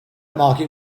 market